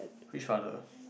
which rather